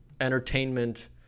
entertainment